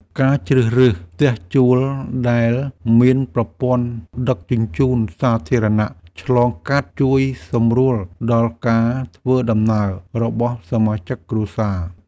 ការជ្រើសរើសផ្ទះជួលដែលមានប្រព័ន្ធដឹកជញ្ជូនសាធារណៈឆ្លងកាត់ជួយសម្រួលដល់ការធ្វើដំណើររបស់សមាជិកគ្រួសារ។